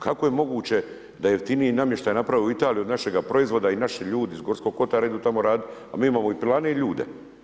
Kako je moguće da jeftiniji namještaj naprave u Italiji od našega proizvoda i naši ljudi iz Gorskog kotara idu tamo raditi, a mi imamo i pilane i ljude.